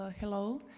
hello